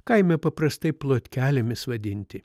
kaime paprastai plotkelėmis vadinti